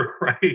right